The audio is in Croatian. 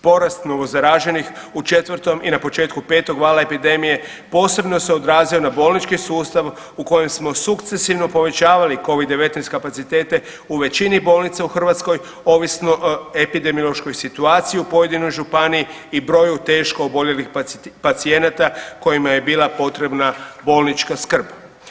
Porast novozaraženih u 4. i na početku 5. vala epidemije, posebno se odrazio na bolnički sustav u kojem smo sukcesivno povećavali Covid-19 kapacitete u većini bolnica u Hrvatskoj, ovisno o epidemiološkoj situaciji u pojedinoj županiji i broju teško oboljelih pacijenata kojima je bila potrebna bolnička skrb.